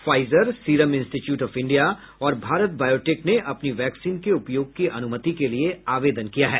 Pfizer Serum Institute of India और Bharat Biotech ने अपनी वैक्सीन के उपयोग की अनुमति के लिए आवेदन किया है